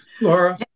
Laura